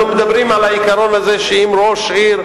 אנחנו מדברים על העיקרון הזה שאם ראש עיר,